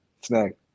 Snack